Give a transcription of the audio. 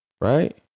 right